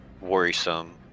worrisome